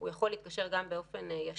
הוא יכול להתקשר ישיר.